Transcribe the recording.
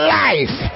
life